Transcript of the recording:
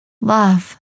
love